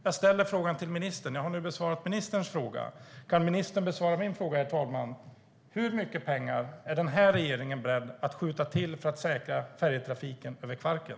Jag har nu besvarat ministerns fråga. Kan ministern besvara min fråga, herr talman? Hur mycket pengar är den här regeringen beredd att skjuta till för att säkra färjetrafiken över Kvarken?